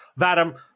Vadim